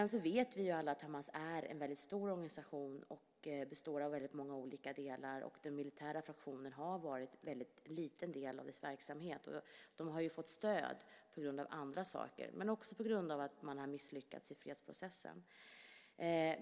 Vi vet alla att Hamas är en väldigt stor organisation som består av väldigt många olika delar, och den militära fraktionen har varit en mycket liten del av dess verksamhet. De har fått stöd på grund av andra saker men också på grund av att man har misslyckats i fredsprocessen.